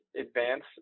advance